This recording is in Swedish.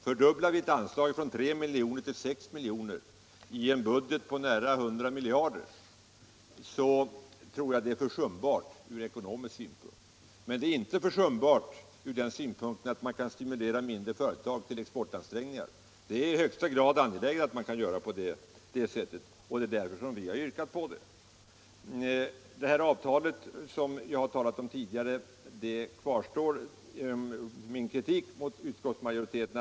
Fördubblar vi nu ett anslag från 3 miljoner till 6 miljoner i en budget som omspänner nära 100 miljarder kronor, då tror jag att detta är försumbart ur ekonomisk synpunkt. Det är däremot inte försumbart ur den synpunkten att man kan stimulera mindre företag till exportansträngningar. Det är i högsta grad angeläget att man kan göra på det sättet, och det är därför vi kommit med detta yrkande. Min kritik mot utskottsmajoriteten kvarstår när det gäller det avtal som jag tidigare talade om. Man rider här på formaliteter.